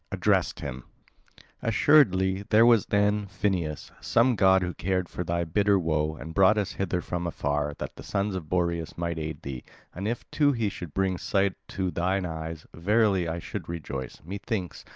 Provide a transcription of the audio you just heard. addressed him assuredly there was then, phineus, some god who cared for thy bitter woe, and brought us hither from afar, that the sons of boreas might aid thee and if too he should bring sight to thine eyes, verily i should rejoice, methinks,